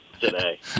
today